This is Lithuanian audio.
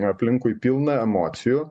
aplinkui pilna emocijų